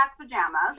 pajamas